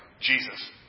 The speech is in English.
Jesus